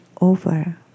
over